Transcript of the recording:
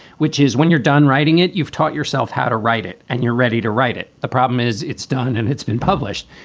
which is when you're done writing it, you've taught yourself how to write it and you're ready to write it. the problem is it's done and it's been published.